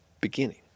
beginning